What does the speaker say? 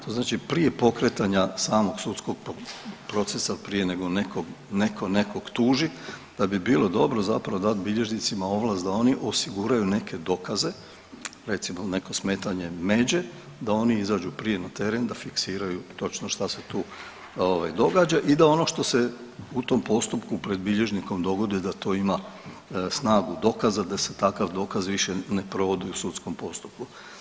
To znači prije pokretanja samog sudskog procesa prije nego neko nekog tuži da bi bilo dobro zapravo dat bilježnicima ovlast da oni osiguraju neke dokaze, recimo il neko smetanje međe, da oni izađu prije na teren, da fiksiraju točno šta se tu ovaj događa i da ono što se u tom postupku pored bilježnikom dogodi da to ima snagu dokaza, da se takav dokaz više ne provodi u sudskom postupku.